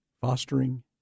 fostering